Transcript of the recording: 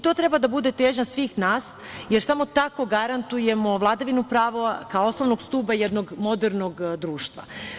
To treba da bude težnja svih nas, jer samo tako garantujemo vladavinu prava kao osnovnog stuba jednog modernog društva.